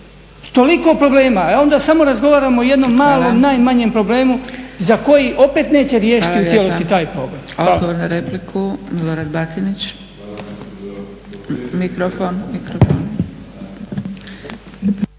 Toliko problema, e onda samo razgovaramo o jednom malom, najmanjem problemu za koji opet neće riješiti u cijelosti taj problem.